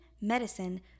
medicine